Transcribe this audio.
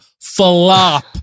flop